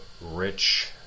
rich